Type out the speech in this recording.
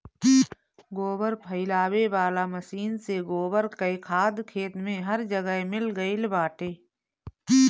गोबर फइलावे वाला मशीन से गोबर कअ खाद खेत में हर जगह मिल गइल बाटे